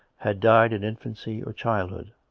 had died in in fancy or childhood